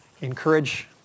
encourage